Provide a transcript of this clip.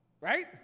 right